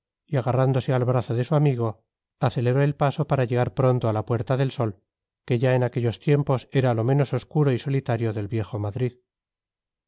y agarrándose al brazo de su amigo aceleró el paso para llegar pronto a la puerta del sol que ya en aquellos tiempos era lo menos obscuro y solitario del viejo madrid